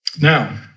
Now